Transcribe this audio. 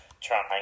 trying